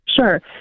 Sure